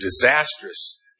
disastrous